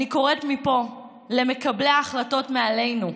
אני קוראת מפה למקבלי ההחלטות מעלינו,